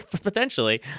Potentially